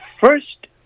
first